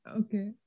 Okay